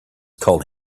called